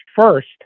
first